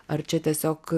ar čia tiesiog